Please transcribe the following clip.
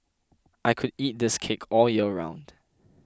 I could eat this cake all year round